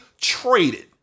traded